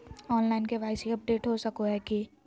Online KYC update हो सको है की?